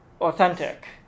authentic